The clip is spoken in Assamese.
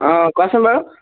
অঁ কোৱাচোন বাৰু